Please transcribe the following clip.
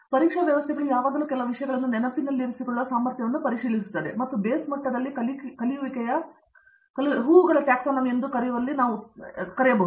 ಪರೀಕ್ಷಾ ವ್ಯವಸ್ಥೆಗಳು ಯಾವಾಗಲೂ ಕೆಲವು ವಿಷಯಗಳನ್ನು ನೆನಪಿನಲ್ಲಿರಿಸಿಕೊಳ್ಳುವ ನಿಮ್ಮ ಸಾಮರ್ಥ್ಯವನ್ನು ಪರಿಶೀಲಿಸುತ್ತವೆ ಅಥವಾ ಬೇಸ್ ಮಟ್ಟದಲ್ಲಿ ಕಲಿಯುವಿಕೆಯ ಹೂವುಗಳ ಟ್ಯಾಕ್ಸಾನಮಿ ಎಂದು ನಾವು ಕರೆಯುವಲ್ಲಿ ಉತ್ತಮವಾಗಿರಬಹುದು